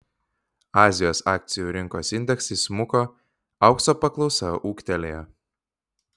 azijos akcijų rinkos indeksai smuko aukso paklausa ūgtelėjo